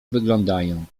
wyglądają